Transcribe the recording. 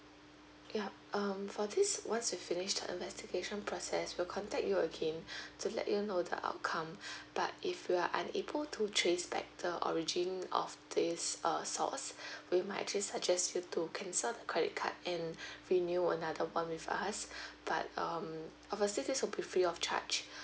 ya um for this once you finished the investigation process we'll contact you again to let you know the outcome but if you are unable to trace back the origin of this err source we might actually suggest you to cancel the credit card and renew another one with us but um obviously this will be free of charge